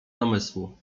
namysłu